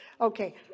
Okay